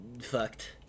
fucked